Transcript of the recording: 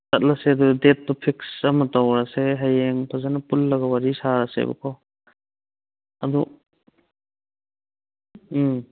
ꯆꯠꯂꯁꯦ ꯑꯗꯨ ꯗꯦꯠꯇꯨ ꯐꯤꯛꯁ ꯑꯃ ꯇꯧꯔꯁꯦ ꯍꯌꯦꯡ ꯐꯖꯅ ꯄꯨꯜꯂꯒ ꯋꯥꯔꯤ ꯁꯥꯔꯁꯦꯕꯀꯣ ꯑꯗꯣ ꯎꯝ